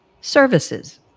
Services